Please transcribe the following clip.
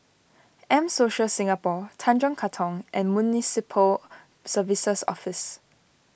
M Social Singapore Tanjong Katong and Municipal Services Office